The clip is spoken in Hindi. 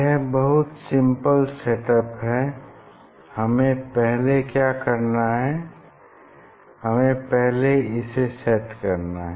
यह बहुत सिंपल सेट अप है हमें पहले क्या करना है हमें पहले इसे सेट करना है